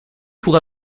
pour